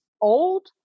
old